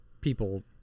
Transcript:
people